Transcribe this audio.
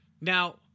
Now